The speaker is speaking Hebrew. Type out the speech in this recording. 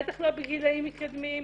בטח לא בגילאים מתקדמים.